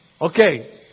okay